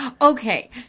Okay